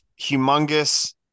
humongous